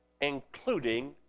including